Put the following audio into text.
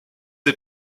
est